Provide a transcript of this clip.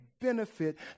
benefit